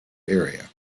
area